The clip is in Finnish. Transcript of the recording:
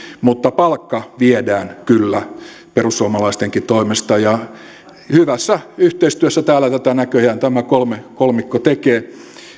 mutta palkka viedään kyllä perussuomalaistenkin toimesta hyvässä yhteistyössä täällä tätä näköjään tämä kolmikko tekee